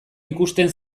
ikusten